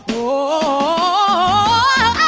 oh